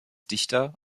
dichter